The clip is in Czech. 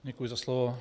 Děkuji za slovo.